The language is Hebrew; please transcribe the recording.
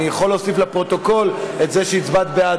אני יכול להוסיף לפרוטוקול את זה שהצבעת בעד,